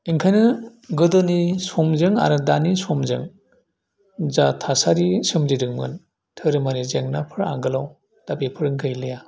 ओंखायनो गोदोनि समजों आरो दानि समजों जा थासारि सोमजिदोंमोन धोरोमारि जेंनाफ्रा आगोलाव दा बेफोर गैलिया